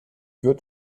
wird